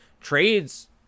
trades